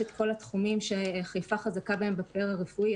את כל התחומים שחיפה חזקה בהם בפן הרפואי.